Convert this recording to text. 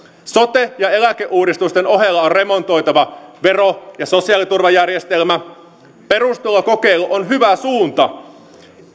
sote ja eläkeuudistusten ohella on remontoitava vero ja sosiaaliturvajärjestelmä perustulokokeilu on hyvä suunta